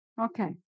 Okay